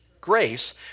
grace